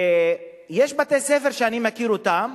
יש בתי-ספר שאני מכיר אותם,